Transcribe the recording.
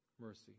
mercy